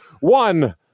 one